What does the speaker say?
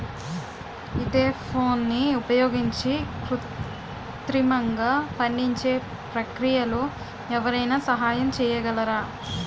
ఈథెఫోన్ని ఉపయోగించి కృత్రిమంగా పండించే ప్రక్రియలో ఎవరైనా సహాయం చేయగలరా?